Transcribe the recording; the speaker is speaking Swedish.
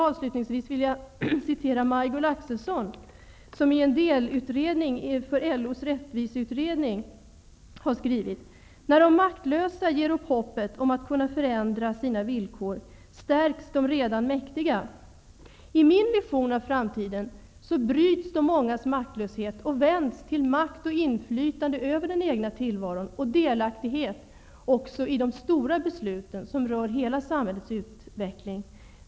Avslutningsvis skulle jag vilja referera Maj-Gull Axelsson som i en delutredning inför LO:s rättviseutredning har skrivit: När de maktlösa ger upp hoppet om att kunna förändra sina villkor stärks de redan mäktiga. I min vision av framtiden bryts de mångas maktlöshet och vänds till makt och inflytande över den egna tillvaron och till delaktighet också i de stora besluten som rör hela samhällets utveckling.